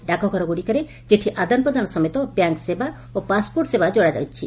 ଡାକଘର ଗୁଡିକରେ ଚିଠି ଆଦାନ ପ୍ରଦାନ ସମେତ ବ୍ୟାଙ୍କ ସେବା ଓ ପାସପୋର୍ଟ ସେବା ଯୋଡା ଯାଇଛି